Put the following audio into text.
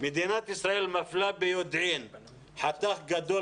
מדינת ישראל מפלה ביודעין חתך גדול